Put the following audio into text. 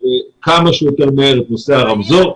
כמה שיותר מהר את נושא הרמזור.